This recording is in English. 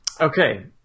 Okay